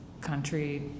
country